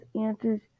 answers